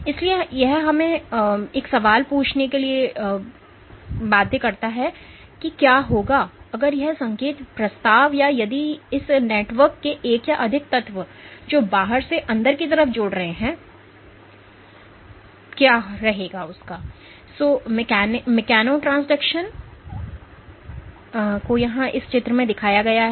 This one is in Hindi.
इसलिए यह हमें यह सवाल पूछने के लिए भी लाता है कि क्या होगा अगर यह संकेत प्रस्ताव या यदि इस नेटवर्क के एक या अधिक तत्व जो बाहर से अंदर की तरफ जुड़ते हैं तो गड़बड़ा जाता है